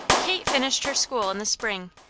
kate finished her school in the spring,